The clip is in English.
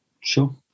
sure